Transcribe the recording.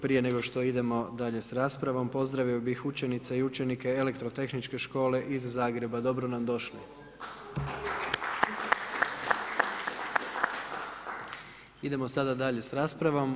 Prije nego što idemo dalje s raspravom, pozdravio bih učenice i učenike Elektrotehničke škole iz Zagreba, dobro nam došli. Idemo sada dalje s raspravom.